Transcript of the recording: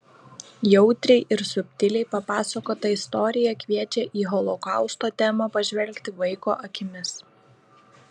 jautriai ir subtiliai papasakota istorija kviečia į holokausto temą pažvelgti vaiko akimis